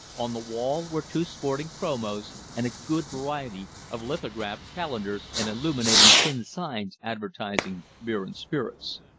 on the wall were two sporting chromos, and a good variety of lithographed calendars and illuminated tin signs advertising beers and spirits.